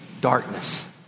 Darkness